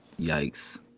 Yikes